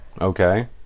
Okay